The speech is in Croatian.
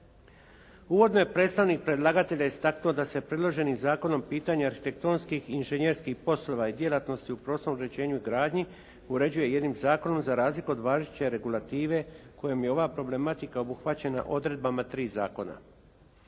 Uvodno je predstavnik predlagatelja istaknuo da se predloženim zakonom pitanje arhitektonskih i inženjerskih poslova i djelatnosti u prostornom uređenju i gradnji uređuje jednim zakonom za razliku od važeće regulative kojom je ova problematika obuhvaćena odredbama tri zakona.